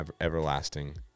everlasting